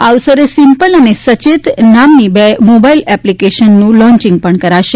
આ અવસરે સિમ્પલ અને સચેત નામની બે મોબાઈલ એપ્લીકેશનનું લોચીંગ પણ કરાશે